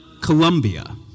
Colombia